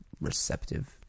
receptive